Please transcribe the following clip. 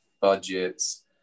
budgets